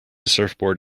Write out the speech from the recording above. surfboard